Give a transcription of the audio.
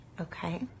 Okay